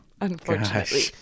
Unfortunately